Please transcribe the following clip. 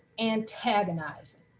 antagonizing